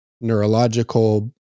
neurological